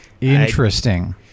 Interesting